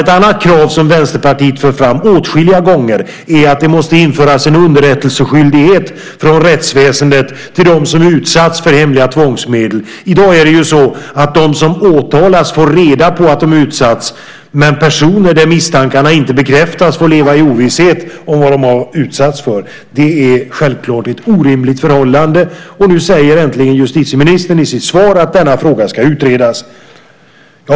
Ett annat krav som Vänsterpartiet åtskilliga gånger fört fram är att det måste införas en underrättelseskyldighet från rättsväsendet till dem som utsatts för hemliga tvångsmedel. I dag får de som åtalas reda på att de utsatts, men i de fall där misstankarna inte bekräftats får personerna leva i ovisshet om vad de utsatts för. Det är självklart ett orimligt förhållande, och äntligen säger justitieministern i sitt svar att frågan ska utredas.